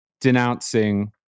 denouncing